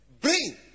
Bring